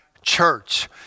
church